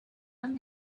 and